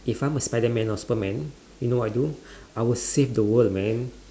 if I'm a spiderman or superman you know what I do I would save the world man